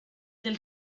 del